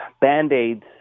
band-aids